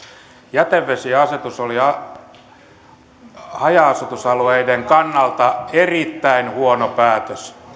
jätevesiasetus oli haja asutusalueiden kannalta erittäin huono päätös